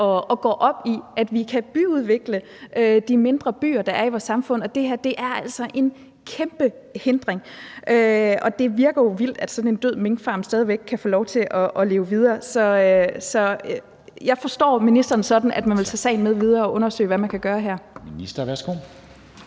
og går op i, at vi kan byudvikle de mindre byer, der er i vores samfund, og det her er altså en kæmpe hindring. Og det virker jo vildt, at sådan en død minkfarm stadig væk kan få lov til at leve videre. Så jeg forstår ministeren sådan, at man vil tage sagen med videre og undersøge, hvad man kan gøre her. Kl.